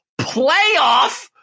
playoff